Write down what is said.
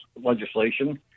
legislation